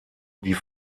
die